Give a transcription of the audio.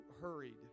hurried